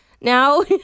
Now